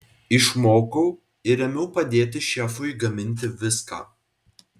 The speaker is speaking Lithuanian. išmokau ir ėmiau padėti šefui gaminti viską